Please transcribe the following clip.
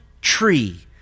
tree